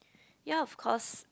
ya of course